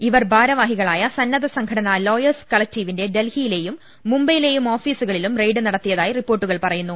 ഇവർ ഭാരവാഹികളായ സന്നദ്ധ സംഘടന ലോയേഴ്സ് കളക്ടിവീന്റെ ഡൽഹിയിലെയും മുംബൈയിലെയും ഓഫീ സുകളിലും റെയ്ഡ് നടത്തിയതായി റിപ്പോർട്ടുകൾ പറയുന്നു